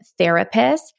therapists